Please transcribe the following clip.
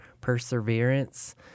perseverance